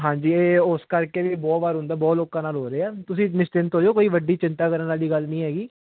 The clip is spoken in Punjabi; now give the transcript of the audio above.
ਹਾਂਜੀ ਇਹ ਉਸ ਕਰਕੇ ਵੀ ਬਹੁਤ ਵਾਰ ਹੁੰਦਾ ਬਹੁਤ ਲੋਕਾਂ ਨਾਲ ਹੋ ਰਿਹਾ ਆ ਤੁਸੀਂ ਨਿਸ਼ਚਿੰਤ ਹੋ ਜਾਓ ਕੋਈ ਵੱਡੀ ਚਿੰਤਾ ਕਰਨ ਵਾਲੀ ਗੱਲ ਨਹੀਂ ਹੈਗੀ